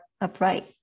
upright